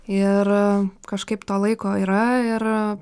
ir kažkaip to laiko yra ir